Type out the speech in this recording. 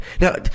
Now